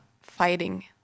fighting